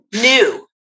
new